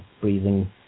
breathing